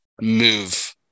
move